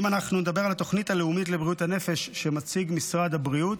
אם אנחנו נדבר על התוכנית הלאומית לבריאות הנפש שמציג משרד הבריאות,